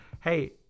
Hey